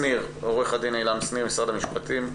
עורך הדין עילם שניר ממשרד המשפטים.